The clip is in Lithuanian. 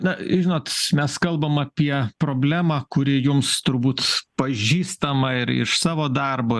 na žinot mes kalbam apie problemą kuri jums turbūt pažįstama ir iš savo darbo